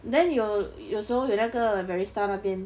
then 有有时候有那个 barista 那边